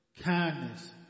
kindness